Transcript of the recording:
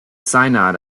synod